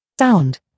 sound